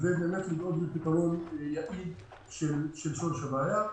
ולדאוג לפתרון יעיל של שורש הבעיה.